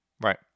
right